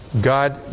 God